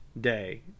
day